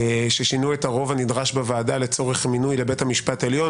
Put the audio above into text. ששינו את הרוב הנדרש בוועדה לצורך מינוי לבית המשפט העליון,